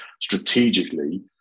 strategically